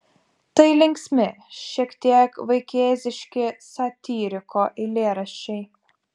tai linksmi šiek tiek vaikėziški satyriko eilėraščiai